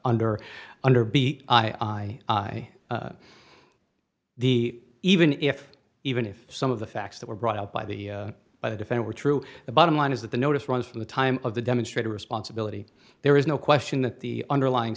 nder under b i i i the even if even if some of the facts that were brought out by the by the defense were true the bottom line is that the notice runs from the time of the demonstrator responsibility there is no question that the underlying